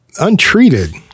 untreated